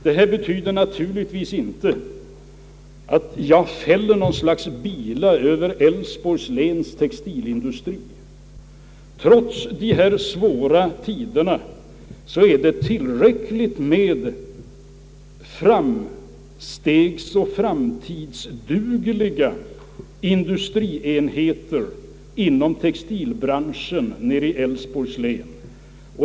Detta betyder naturligtvis inte att jag fäller något slags bila över textilindustrien i Älvsborgs län — trots de svåra tiderna finns det tillräckligt med framtidsdugliga industrienheter inom textilbranschen där.